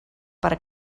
per